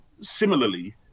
Similarly